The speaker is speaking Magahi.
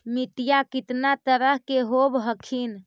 मिट्टीया कितना तरह के होब हखिन?